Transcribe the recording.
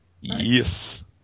Yes